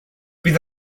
bydd